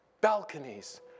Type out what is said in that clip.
balconies